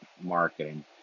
marketing